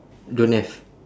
don't have